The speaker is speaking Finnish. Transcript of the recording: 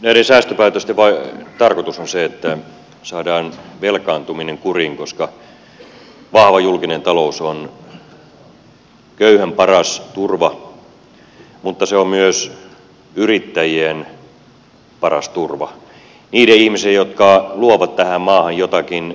näiden säästöpäätösten tarkoitus on se että saadaan velkaantuminen kuriin koska vahva julkinen talous on köyhän paras turva mutta se on myös yrittäjien paras turva niiden ihmisien jotka luovat tähän maahan jotakin uutta